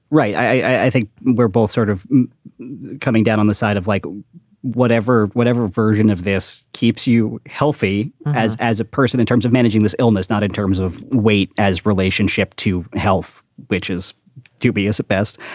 right i think we're both sort of coming down on the side of like whatever whatever version of this keeps you healthy as as a person in terms of managing this illness, not in terms of weight, as relationship to health, which is dubious at best,